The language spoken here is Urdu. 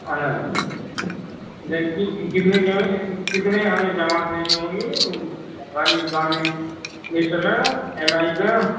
اچھا کتنے کی ہوگی کتنے ہمیں جمع کرنی ہوگی کتنا ایم آئی پہ